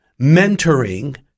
mentoring